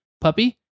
puppy